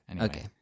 Okay